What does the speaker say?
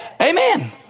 Amen